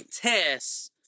test